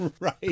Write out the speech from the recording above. Right